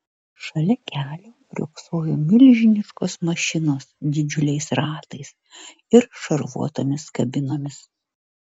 šalia kelio riogsojo milžiniškos mašinos didžiuliais ratais ir šarvuotomis kabinomis